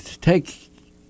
take